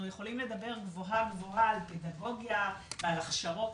אנחנו יכולים לדבר גבוהה גבוהה על פדגוגיה ועל הכשרות,